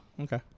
okay